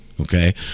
okay